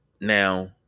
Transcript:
Now